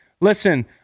Listen